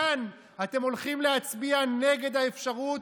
כאן אתם הולכים להצביע נגד האפשרות